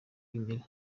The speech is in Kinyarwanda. bimera